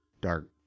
dark